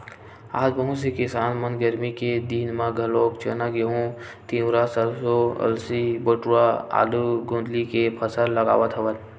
आज बहुत से किसान मन गरमी के दिन म घलोक चना, गहूँ, तिंवरा, सरसो, अलसी, बटुरा, आलू, गोंदली के फसल लगावत हवन